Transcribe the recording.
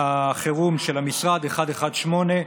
החירום של המשרד, 118,